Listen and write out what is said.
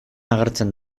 agertzen